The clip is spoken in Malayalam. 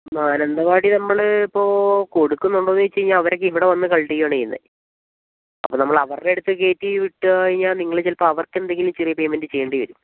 മാനന്തവാടി നമ്മൾ ഇപ്പോൾ കൊടുക്കുന്നുണ്ടോന്ന് ചോദിച്ചാൽ കഴിഞ്ഞാൽ അവർ ഇവിടെവന്ന് കളകട് ചെയ്യുവാണ് ചെയ്യുന്നത് അപ്പോൾ നമ്മൾ അവരുടടുത്ത് കയറ്റിവിട്ട് കഴിഞ്ഞാൽ അപ്പോൾ നിങ്ങൾ ചിലപ്പോൾ അവർക്കെന്തെങ്കിലും ചെറിയ പേയ്മെൻറ്റ് ചെയ്യേണ്ടിവരും